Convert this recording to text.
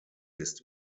ist